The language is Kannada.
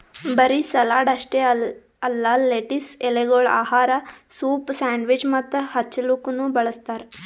ಬರೀ ಸಲಾಡ್ ಅಷ್ಟೆ ಅಲ್ಲಾ ಲೆಟಿಸ್ ಎಲೆಗೊಳ್ ಆಹಾರ, ಸೂಪ್, ಸ್ಯಾಂಡ್ವಿಚ್ ಮತ್ತ ಹಚ್ಚಲುಕನು ಬಳ್ಸತಾರ್